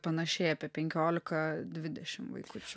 panašiai apie penkiolika dvidešim vaikučių